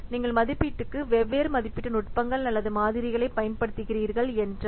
நீங்கள் மதிப்பீட்டுக்கு வெவ்வேறு மதிப்பீட்டு நுட்பங்கள் அல்லது மாதிரிகளைப் பயன்படுத்துகிறீர்கள் என்றால்